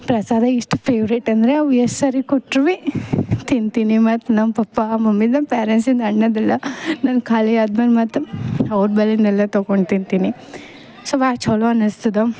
ಪ್ರಸಾದ ಇಷ್ಟು ಫೇವ್ರೇಟ್ ಅಂದರೆ ಅವು ಎಷ್ಟ್ ಸರಿ ಕೊಟ್ರುವೆ ತಿಂತೀನಿ ಮತ್ತು ನಮ್ಮ ಪಪ್ಪ ಮಮ್ಮಿದು ನಮ್ಮ ಪೇರೆಂಟ್ಸಿಂದು ಅಣ್ಣಂದೆಲ್ಲ ನನ್ನ ಖಾಲಿ ಆದ್ಮೇಲೆ ಮತ್ತು ಅವ್ರ ಬಲಿಂದೆಲ್ಲ ತೊಗೋಣ್ ತಿಂತೀನಿ ಸೊ ಭಾಳ್ ಚಲೋ ಅನಿಸ್ತದ